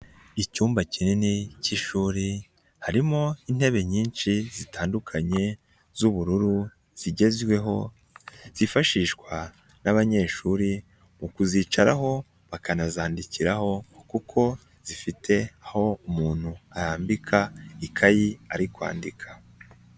Icyumba kinini cy'ishuri, harimo intebe nyinshi zitandukanye z'ubururu zigezweho, zifashishwa n'abanyeshuri mu kuzicaraho ,bakanazandikiraho kuko zifite aho umuntu arambika ikayi ari kwandika.